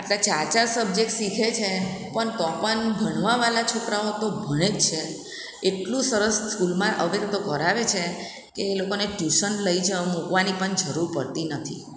આટલા ચાર ચાર સબ્જેક્ટ શીખે છે પણ તો પણ ભણવાવાળા છોકરાઓ તો ભણે જ છે એટલું સરસ સ્કૂલમાં હવે તો કરાવે છે કે એ લોકોને ટ્યૂશન લઈ જવા મૂકવાની પણ જરૂર પડતી નથી